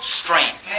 strength